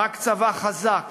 "רק צבא חזק